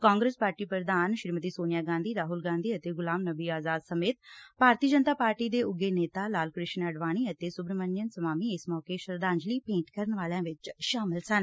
Congress party ਪ੍ਰਧਾਨ ਸ੍ਰੀਮਤੀ ਸੋਨੀਆ ਗਾਂਧੀ ਰਾਹੁਲ ਗਾਂਧੀ ਅਤੇ ਗੁਲਾਮ ਨਬੀ ਆਜ਼ਾਦ ਸਮੇਤ ਭਾਰਤੀ ਜਨਤਾ ਪਾਰਟੀ ਦੇ ਉੱਘੇ ਨੇਤਾ ਲਾਲ ਕ੍ਰਿਸ਼ਨ ਅਡਵਾਣੀ ਅਤੇ ਸਬਰਮਨੀਅਨ ਸਵਾਮੀ ਇਸ ਮੌਕੇ ਸ਼ਰਧਾਂਜਲੀ ਭੇਟ ਕਰਨ ਵਾਲਿਆਂ ਚ ਸ਼ਾਮਲ ਸਨ